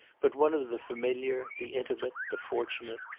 but one of the familiar, the intimate, the fortunate,